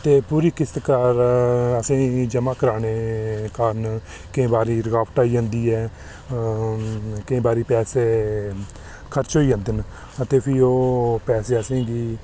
ते पूरी किस्त असें ई जमा कराने कारण केईं बारी रकावट आई जंदी ऐ केईं बारी पैसे खर्च होई जंदे न अते फ्ही ओह् पैसे असेंगी